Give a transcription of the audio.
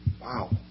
wow